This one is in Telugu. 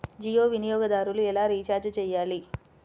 జియో వినియోగదారులు ఎలా రీఛార్జ్ చేయాలి?